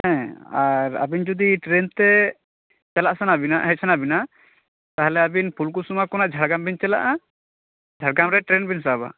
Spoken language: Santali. ᱦᱮᱸ ᱟᱨ ᱟᱹᱵᱤᱱ ᱡᱩᱫᱤ ᱴᱨᱮᱱ ᱛᱮ ᱪᱟᱞᱟᱜ ᱥᱟᱱᱟ ᱵᱤᱱᱟ ᱦᱮᱡ ᱥᱟᱱᱟ ᱵᱤᱱᱟ ᱛᱟᱦᱚᱞᱮ ᱟᱹᱵᱤᱱ ᱯᱷᱩᱞᱠᱩᱥᱢᱟ ᱠᱷᱚᱱᱟᱜ ᱡᱷᱟᱲᱜᱟᱢ ᱵᱤᱱ ᱪᱟᱞᱟᱜ ᱟ ᱡᱷᱟᱲᱜᱟᱢ ᱨᱮ ᱴᱨᱮᱱ ᱵᱤᱱ ᱥᱟᱵᱟ